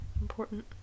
important